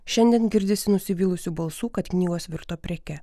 šiandien girdisi nusivylusių balsų kad knygos virto preke